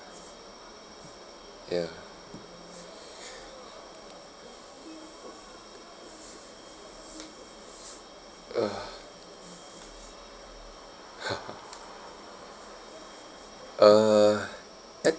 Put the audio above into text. ya mm I think